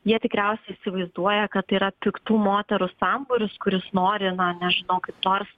jie tikriausiai įsivaizduoja kad tai yra piktų moterų sambūris kuris nori na nežinau kaip nors